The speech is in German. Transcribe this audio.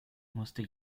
musste